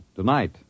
Tonight